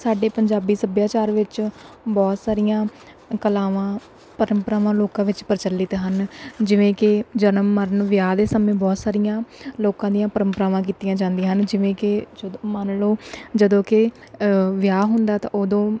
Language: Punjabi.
ਸਾਡੇ ਪੰਜਾਬੀ ਸੱਭਿਆਚਾਰ ਵਿੱਚ ਬਹੁਤ ਸਾਰੀਆਂ ਕਲਾਵਾਂ ਪਰੰਪਰਾਵਾਂ ਲੋਕਾਂ ਵਿੱਚ ਪ੍ਰਚੱਲਿਤ ਹਨ ਜਿਵੇਂ ਕਿ ਜਨਮ ਮਰਨ ਵਿਆਹ ਦੇ ਸਮੇਂ ਬਹੁਤ ਸਾਰੀਆਂ ਲੋਕਾਂ ਦੀਆਂ ਪਰੰਪਰਾਵਾਂ ਕੀਤੀਆਂ ਜਾਂਦੀਆਂ ਹਨ ਜਿਵੇਂ ਕਿ ਜਦੋਂ ਮੰਨ ਲਓ ਜਦੋਂ ਕਿ ਵਿਆਹ ਹੁੰਦਾ ਤਾਂ ਉਦੋਂ